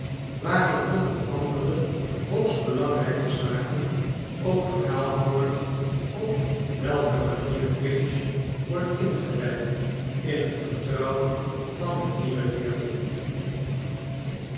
waarin onder andere hoogst belangrijke zaken ook verhaald wordt op welke manier pinch wordt ingewijd in het vertrouwen van den nieuwen leerling